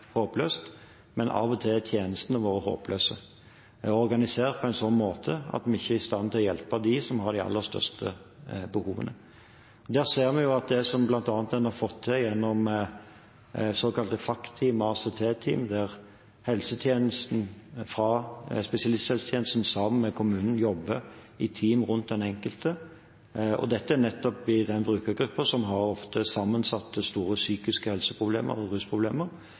håpløst, men av og til er tjenestene våre håpløse, organisert på en slik måte at vi ikke er i stand til å hjelpe dem som har de aller største behovene. Vi ser at det en bl.a. har fått til gjennom såkalte FACT-team og ACT-team, der spesialisthelsetjenesten sammen med kommunen jobber i team rundt den enkelte – og dette er nettopp i den brukergruppen som ofte har sammensatte og store psykisk helseproblemer og rusproblemer